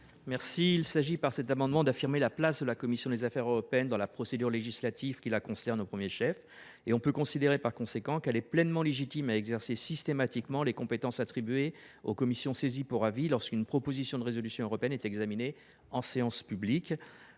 Marie. Il s’agit, par cet amendement, d’affirmer la place de la commission des affaires européennes dans la procédure législative qui la concerne au premier chef. On peut considérer que celle ci est pleinement légitime à exercer systématiquement les compétences attribuées aux commissions saisies pour avis lorsqu’une PPRE est examinée en séance publique.